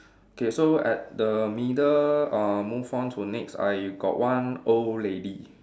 okay so at the middle uh move on to next I got one old lady